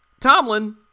Tomlin